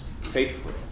faithfully